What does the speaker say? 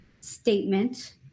statement